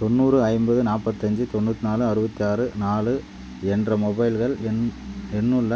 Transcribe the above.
தொண்ணூறு ஐம்பது நாப்பத்தஞ்சு தொண்ணுத்நாலு அறுபத்தியாறு நாலு என்ற மொபைல்கள் எண் எண்ணுள்ள